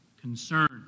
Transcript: concerned